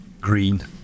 green